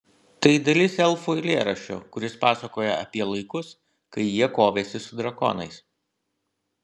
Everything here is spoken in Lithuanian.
tai dalis elfų eilėraščio kuris pasakoja apie laikus kai jie kovėsi su drakonais